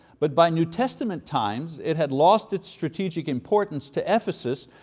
but by new testament times it had lost its strategic importance to ephesus,